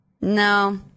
No